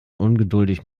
ungeduldig